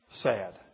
sad